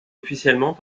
officiellement